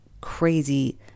crazy